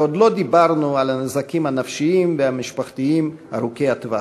ועוד לא דיברנו על הנזקים הנפשיים והמשפחתיים ארוכי הטווח.